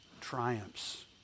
triumphs